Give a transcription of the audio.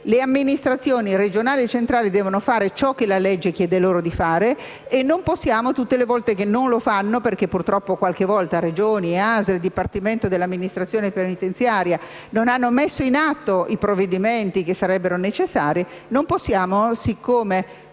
le amministrazioni regionali e centrali devono fare ciò che la legge chiede loro di fare. Tutte le volte che non lo fanno - purtroppo, qualche volta, Regioni, ASL e Dipartimento dell'amministrazione penitenziaria non hanno messo in atto i provvedimenti che sarebbero necessari - non possiamo, solo